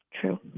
true